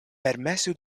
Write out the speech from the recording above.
permesu